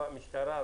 משטרה?